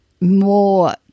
more